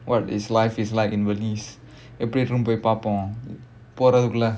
what is life is like in venice போய் பார்ப்போம் போறதுக்குள்ள:poi paarppom porathukulla